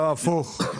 לא, הפוך.